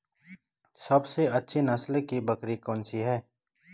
सबसे अच्छी नस्ल की बकरी कौन सी है?